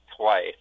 twice